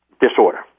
disorder